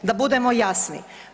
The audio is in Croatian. Da budemo jasni.